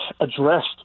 addressed